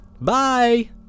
Bye